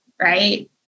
right